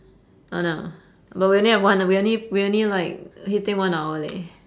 !hanna! but we only had one we only we only like take one hour leh